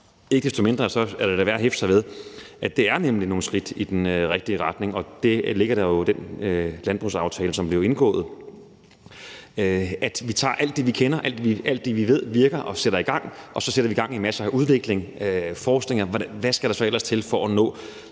Ikke desto mindre er det da værd at hæfte sig ved, at det er et skridt i den rigtige retning, og der ligger jo det i den landbrugsaftale, som vi har indgået, at vi tager alt det, vi kender, alt det, vi ved virker, og sætter i gang, og så sætter vi gang i en masse udvikling og forskning i, hvad der ellers skal til for at nå